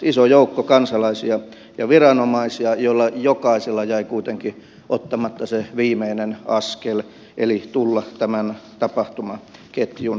iso joukko kansalaisia ja viranomaisia joilla jokaisella jäi kuitenkin ottamatta se viimeinen askel eli tulla tämän tapahtumaketjun väliin